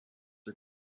are